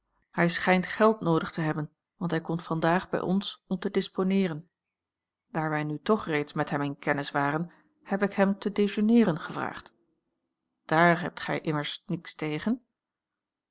hij schijnt geld noodig te hebben want hij komt vandaag bij ons om te disponeeren daar wij nu toch reeds met hem in kennis waren heb ik hem te dejeuneeren gevraagd daar hebt gij immers niets tegen